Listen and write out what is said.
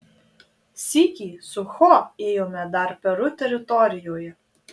sykį su cho ėjome dar peru teritorijoje